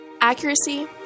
Accuracy